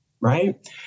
right